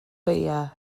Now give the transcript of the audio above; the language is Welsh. beiau